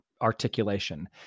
articulation